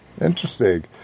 Interesting